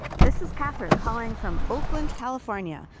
this is katherine calling from oakland, calif, ah and yeah